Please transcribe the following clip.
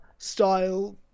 style